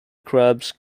crabs